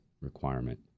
requirement